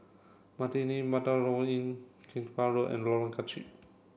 Inn Keramat Road and Lorong